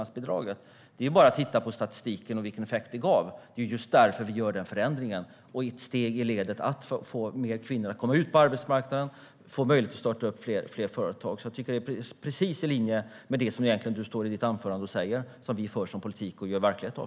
Det är bara att titta på statistiken och vilken effekt det gav. Det är just därför vi gör den förändringen. Det är ett steg i ledet för att få fler kvinnor att komma ut på arbetsmarknaden. Det handlar om att de får möjlighet att starta fler företag. Jag tycker att det är precis i linje med det som du egentligen säger i ditt anförande. Den politiken för vi och gör verklighet av.